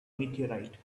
meteorite